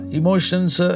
emotions